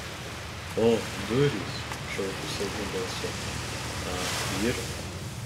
o durys šaukiu silpnu balsu a yr